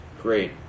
great